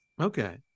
okay